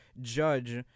judge